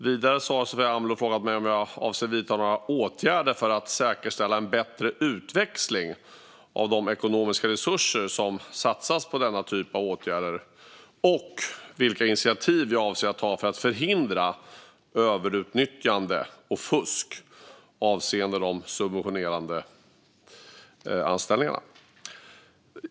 Vidare har Sofia Amloh frågat mig om jag avser att vidta några åtgärder för att säkerställa en bättre utväxling av de ekonomiska resurser som satsas på denna typ av åtgärder och vilka initiativ jag avser att ta för att förhindra överutnyttjande och fusk avseende de subventionerade anställningarna.